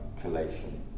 collation